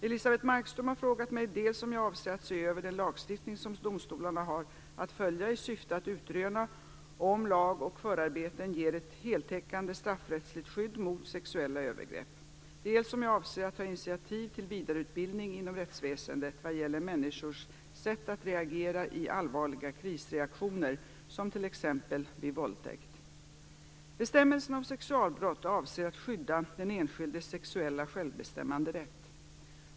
Elisebeht Markström har frågat mig dels om jag avser att se över den lagstiftning som domstolarna har att följa, i syfte att utröna om lag och förarbeten ger ett heltäckande straffrättsligt skydd mot sexuella övergrepp, dels om jag avser att ta initiativ till vidareutbildning inom rättsväsendet vad gäller människors sätt att reagera i allvarliga krisreaktioner som t.ex. vid våldtäkt. Bestämmelserna om sexualbrott avser att skydda den enskildes sexuella självbestämmanderätt.